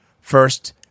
first